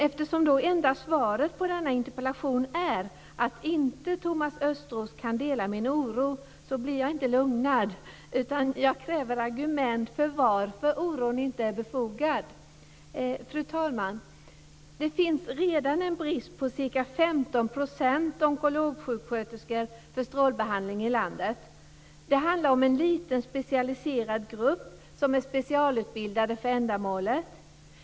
Eftersom det enda svaret på denna interpellation är att Thomas Östros inte kan dela min oro, blir jag inte lugnad, utan jag kräver argument för varför oron inte är befogad. Fru talman! Det finns redan en brist på ca 15 % Det handlar om en liten specialiserad grupp som är specialutbildad för ändamålet.